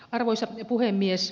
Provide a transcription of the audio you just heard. arvoisa puhemies